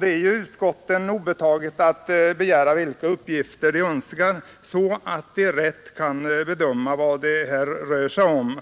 det är utskotten obetaget att begära att få de uppgifter de önskar, så att de rätt kan bedöma vad det rör sig om.